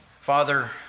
Father